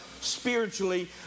spiritually